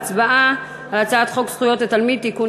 והצבעה על הצעת חוק זכויות התלמיד (תיקון,